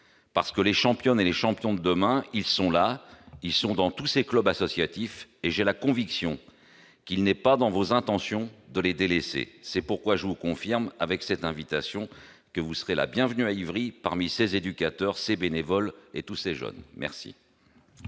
parce que les champions, on est les champions de demain, ils sont là, ils sont dans tous ses clubs associatifs et j'ai la conviction qu'il n'est pas dans vos intentions de les délaissés, c'est pourquoi je vous confirme avec cette invitation que vous serez la bienvenue à Ivry, parmi ces éducateurs, ces bénévoles et tous ces jeunes merci.